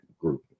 group